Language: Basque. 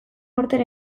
aurten